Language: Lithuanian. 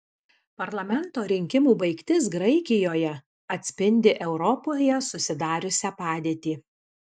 parlamento rinkimų baigtis graikijoje atspindi europoje susidariusią padėtį